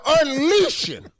unleashing